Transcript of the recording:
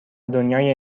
دنیای